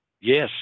Yes